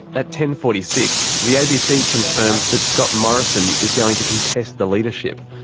at ten forty six, the abc confirms that scott morrison is going to contest the leadership.